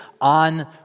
on